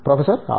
professor R